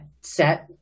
set